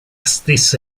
stessa